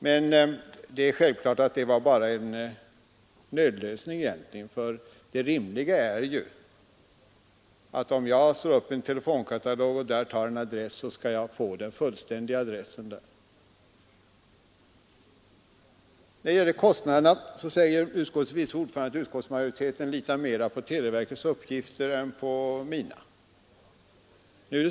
Men det är självklart att den egentligen bara var en nödlösning — det rimliga är att man får den fullständiga adressen om man slår upp i en telefonkatalog. När det gäller kostnaderna säger utskottets vice ordförande att utskottsmajoriteten litar mera på televerkets uppgifter än på mina.